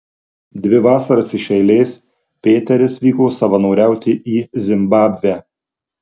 dvi vasaras iš eilės pėteris vyko savanoriauti į zimbabvę